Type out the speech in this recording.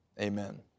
Amen